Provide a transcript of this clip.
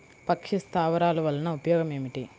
పక్షి స్థావరాలు వలన ఉపయోగం ఏమిటి?